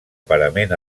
parament